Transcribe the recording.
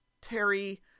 Terry